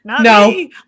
No